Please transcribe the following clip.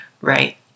right